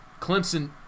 Clemson